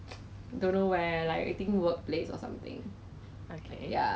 during 那个 COVID uh breakdown eh circuit breaker ah